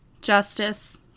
justice